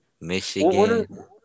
Michigan